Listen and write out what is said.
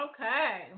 Okay